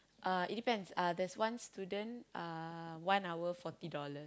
uh it depends uh there's one student uh one hour forty dollars